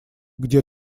где